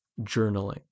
journaling